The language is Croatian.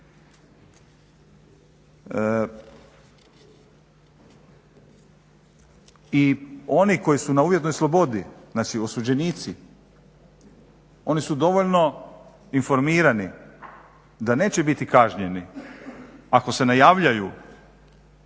I oni koji su na uvjetnoj slobodi znači osuđenici oni su dovoljno informirani da neće biti kažnjeni ako se ne javljaju